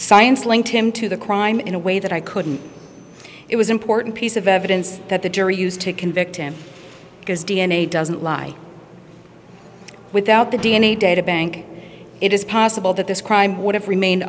science linked him to the crime in a way that i couldn't it was important piece of evidence that the jury used to convict him because d n a doesn't lie without the d n a databank it is possible that this crime would have remained